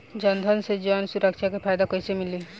जनधन से जन सुरक्षा के फायदा कैसे मिली?